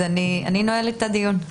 אני נועלת את הדיון.